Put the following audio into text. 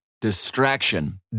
Distraction